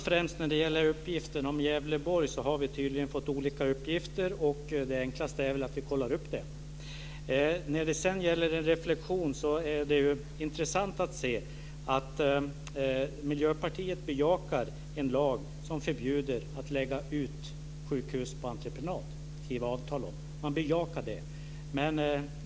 Fru talman! Vi har tydligen fått olika uppgifter när det gäller Gävleborg. Det enklaste är väl att vi kollar upp dem. När det sedan gäller reflexion är det intressant att se att Miljöpartiet bejakar en lag som innebär ett förbud mot att träffa avtal om drift av sjukhus på entreprenad.